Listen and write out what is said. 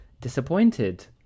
disappointed